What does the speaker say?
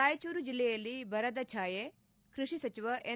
ರಾಯಚೂರು ಜಿಲ್ಲೆಯಲ್ಲಿ ಬರದ ಛಾಯೆ ಕೃಷಿ ಸಚಿವ ಎನ್